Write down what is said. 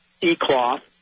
E-cloth